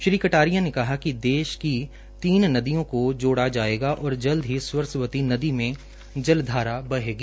श्री कटरिया ने कहा कि देश की तीन नदियों को जोड़ा जायेगा और जल्द ही सरस्वती नदी में जलधारा बहेगी